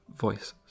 Voices